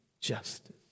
justice